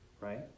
right